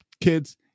kids